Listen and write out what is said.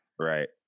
right